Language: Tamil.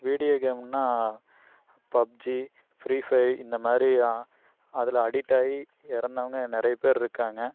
வீடியோ கேமுன்னால் பப்ஜி ஃப்ரீ ஃபை இந்தமாதிரி அதில் அடிட் ஆகி இறந்தவங்க நிறையப்பேரு இருக்காங்க